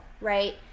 right